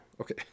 Okay